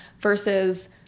versus